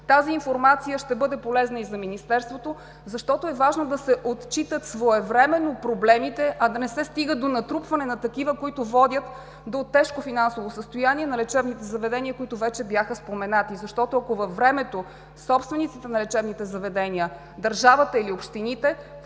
Тази информация ще бъде полезна и за Министерството, защото е важно да се отчитат своевременно проблемите, а да не се стига до натрупването им, което води до тежко финансово състояние на лечебните заведения, които вече бяха споменати. Защото, ако във времето собствениците на лечебните заведения, държавата или общините